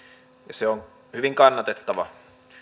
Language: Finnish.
se on hyvin kannatettava